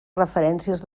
referències